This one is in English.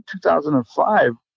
2005